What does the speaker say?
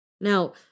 Now